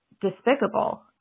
despicable